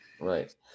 Right